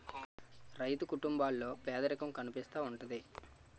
రైతు కుటుంబాల్లో పేదరికం కనిపిస్తా ఉంటది